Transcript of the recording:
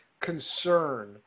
concern